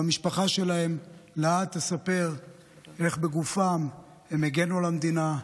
והמשפחה שלהם לעד תספר איך בגופם הם הגנו על המדינה,